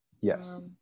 Yes